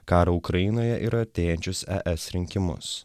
karą ukrainoje ir artėjančius es rinkimus